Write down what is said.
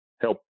help